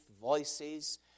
voices